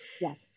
Yes